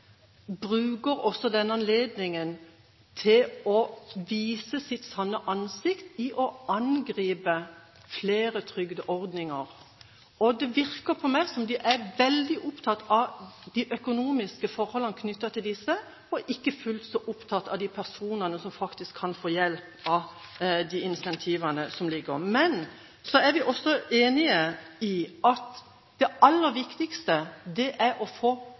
bruker denne anledningen til å vise sitt sanne ansikt ved å angripe flere trygdeordninger. Det virker på meg som om de er veldig opptatt av de økonomiske forholdene knyttet til disse, og ikke fullt så opptatt av de personene som faktisk kan få hjelp av de incentivene som ligger der. Men så er vi også enige om at det aller viktigste er å få